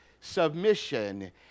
submission